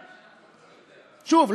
שוב,